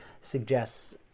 suggests